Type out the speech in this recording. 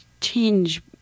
change